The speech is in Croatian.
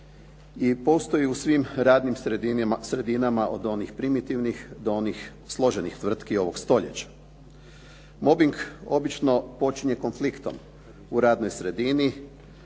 I postoji u svim radnim sredinama, od onih primitivnih do onih složenih tvrtki ovog stoljeća. Mobing obično počinje konfliktom u radnoj sredini,